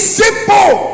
simple